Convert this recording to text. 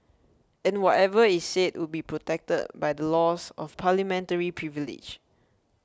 and whatever is said would be protected by the laws of parliamentary privilege